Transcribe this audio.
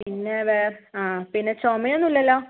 പിന്നെ വേ ആ പിന്നെ ചുമയൊന്നും ഇല്ലല്ലോ